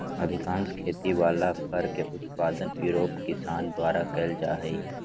अधिकांश खेती वला फर के उत्पादन यूरोप किसान द्वारा कइल जा हइ